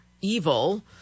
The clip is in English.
evil